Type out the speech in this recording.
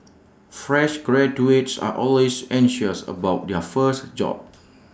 fresh graduates are always anxious about their first job